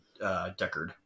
Deckard